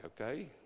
okay